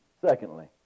Secondly